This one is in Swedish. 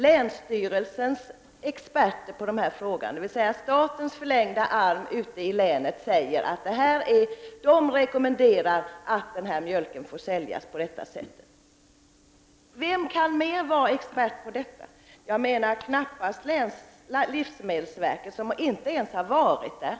Dessa, statens förlängda arm ute i länen, rekommenderar att opastöriserad mjölk får säljas på detta sätt. Vem kan vara större expert på detta? Knappast livsmedelsverket, som inte ens haft någon representant på platsen.